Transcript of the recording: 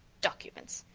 documents!